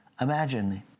Imagine